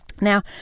Now